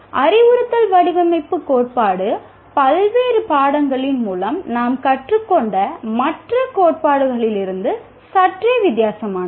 அறிவுறுத்தல் வடிவமைப்பு கோட்பாடு பல்வேறு பாடங்களின் மூலம் நாம் கற்றுக்கொண்ட மற்ற கோட்பாடுகளிலிருந்து சற்றே வித்தியாசமானது